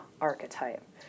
archetype